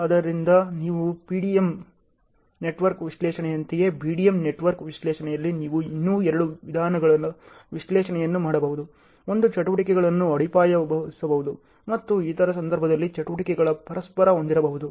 ಆದ್ದರಿಂದ ನಿಮ್ಮ PDM network ವಿಶ್ಲೇಷಣೆಯಂತೆಯೇ BDM ನೆಟ್ವರ್ಕ್ ವಿಶ್ಲೇಷಣೆಯಲ್ಲಿ ನೀವು ಇನ್ನೂ ಎರಡು ವಿಧಾನಗಳ ವಿಶ್ಲೇಷಣೆಯನ್ನು ಮಾಡಬಹುದು ಒಂದು ಚಟುವಟಿಕೆಗಳನ್ನು ಅಡ್ಡಿಪಡಿಸಬಹುದು ಮತ್ತು ಇತರ ಸಂದರ್ಭಗಳಲ್ಲಿ ಚಟುವಟಿಕೆಗಳು ಪರಸ್ಪರ ಹೊಂದಿರಬಹುದು